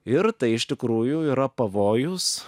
ir tai iš tikrųjų yra pavojus